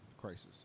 crisis